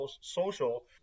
social